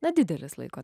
na didelis laiko